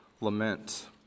lament